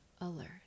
alert